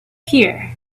here